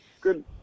Good